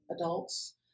adults